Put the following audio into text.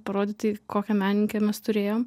parodyti kokią menininkę mes turėjom